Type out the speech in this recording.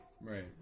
Right